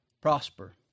prosper